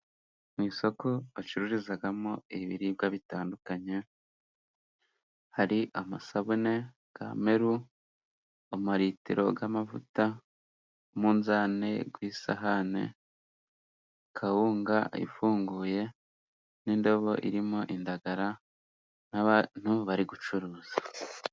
Mu isoko bacururizamo ibiribwa bitandukanye, hari amasabune ya meru amalitiro y'amavuta, umunzani w'isahane, kawunga ifunguye n'indobo irimo indagara, n'abantu bari gucuruza.